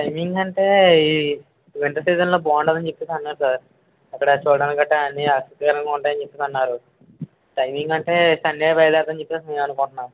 timing అంటే ఈ winter సీజన్లో బాగుంటుందని చెప్పేసి అన్నారు సార్ అక్కడ చూడ్డానికి కట్టా అన్నీ ఆసక్తికరంగా ఉంటాయని చెప్పేసి అన్నారు టైమింగ్ అంటే సండే బయలుదేరదాం అని చెప్పేసి మేం అనుకుంట్నాం సార్